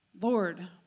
Lord